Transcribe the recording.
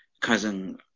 cousin